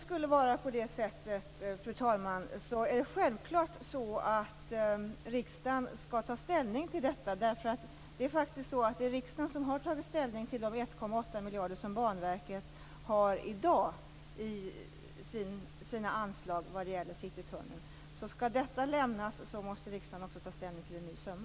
Fru talman! Om det skulle vara på det sättet är det självklart att riksdagen skall ta ställning till detta. Det är faktiskt riksdagen som har tagit ställning till de 1,8 miljarder som Banverket i dag har i anslag för citytunneln. Skall detta lämnas måste riksdagen ta ställning till en ny summa.